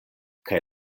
kaj